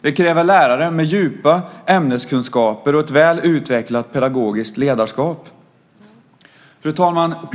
Det kräver lärare med djupa ämneskunskaper och ett väl utvecklat pedagogiskt ledarskap. Fru talman!